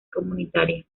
comunitaria